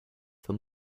for